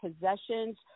possessions